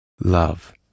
love